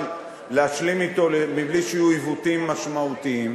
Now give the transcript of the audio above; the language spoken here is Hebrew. להשלים אתו מבלי שיהיו עיוותים משמעותיים.